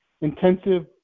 intensive